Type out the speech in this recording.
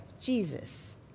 Jesus